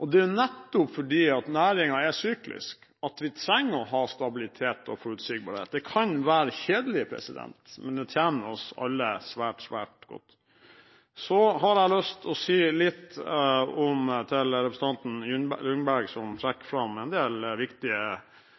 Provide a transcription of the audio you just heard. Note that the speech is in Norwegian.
Og det er nettopp fordi næringen er syklisk at vi trenger å ha stabilitet og forutsigbarhet. Det kan være kjedelig, men det tjener oss alle svært, svært godt. Så har jeg lyst til å si litt til representanten Ljunggren, som trekker fram en del viktige